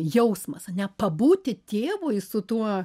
jausmas ane pabūti tėvu i su tuo